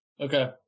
okay